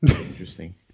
Interesting